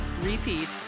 repeat